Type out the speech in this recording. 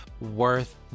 worth